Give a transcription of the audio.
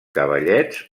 cavallets